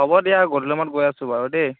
হ'ব দিয়া গধূলি সময়ত গৈ আছো বাৰু দেই